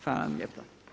Hvala vam lijepa.